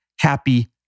happy